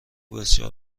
بسیار